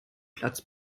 platz